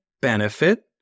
benefit